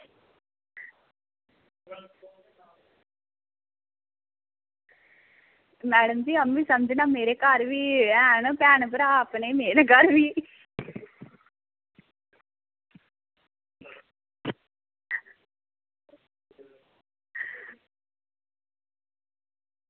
madam ji आम्मीं समझना मेरे घर बी हैन भैन भ्राऽ मेरे घर बी